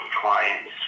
clients